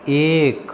एक